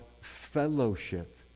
fellowship